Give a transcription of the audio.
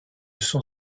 sont